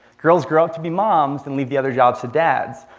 girls grow up to be moms and leave the other jobs to dads.